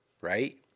right